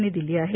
यांनी दिली आहे